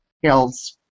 Hills